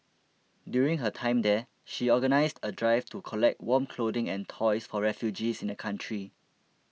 during her time there she organised a drive to collect warm clothing and toys for refugees in the country